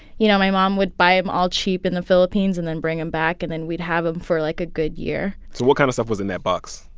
you know, my mom would buy them all cheap in the philippines and then bring them back. and then we'd have them for like a good year so what kind of stuff was in that box?